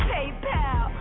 PayPal